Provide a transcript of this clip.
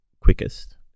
quickest